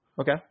Okay